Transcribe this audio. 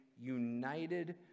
united